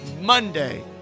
Monday